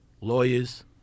lawyers